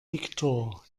viktor